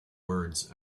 words